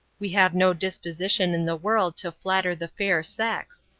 we have no disposition in the world to flatter the fair sex,